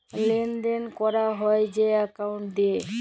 লেলদেল ক্যরা হ্যয় যে একাউল্ট দিঁয়ে